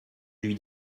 lui